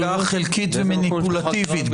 הצגה חלקית ומניפולטיבית,